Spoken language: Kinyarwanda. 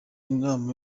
inama